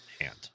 hand